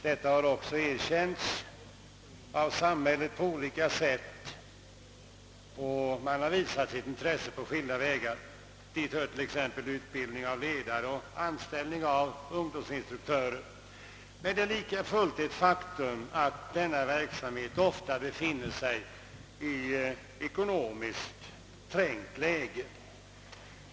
Detta har också erkänts av samhället, som på olika sätt visat sitt intresse för denna verksamhet, t.ex. genom anslag till utbildning av ledare och till an ställning av ungdomsinstruktörer. Men det är likväl ett faktum att denna verksamhet ofta befinner sig i ett trängt läge.